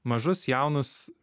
mažus jaunus